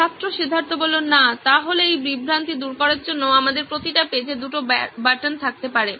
ছাত্র সিদ্ধার্থ না তাহলে এই বিভ্রান্তি দূর করার জন্য আমাদের প্রতিটি পেজে দুটি বাটন্ থাকতে পারে